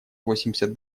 восемьдесят